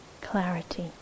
clarity